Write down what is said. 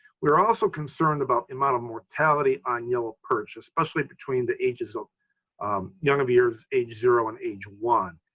we're also concerned about the amount of mortality on yellow perch, especially between the ages of young of years, age, zero and age one.